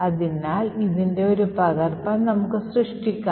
അതിനാൽ ഇതിന്റെ ഒരു പകർപ്പ് നമുക്ക് സൃഷ്ടിക്കാം